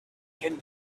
can